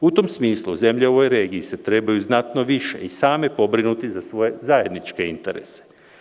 U tom smislu, zemlje u ovoj regiji se trebaju znatno više i same pobrinuti za svoje zajedničke interese.